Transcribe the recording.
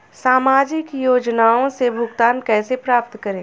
सामाजिक योजनाओं से भुगतान कैसे प्राप्त करें?